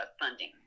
funding